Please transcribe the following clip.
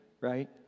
right